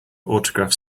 autograph